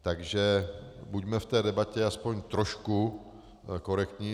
Takže buďme v té debatě aspoň trošku korektní.